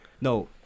No